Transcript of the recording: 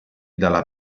dalla